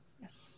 Yes